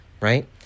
right